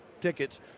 tickets